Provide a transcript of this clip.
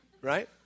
right